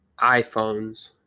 iPhones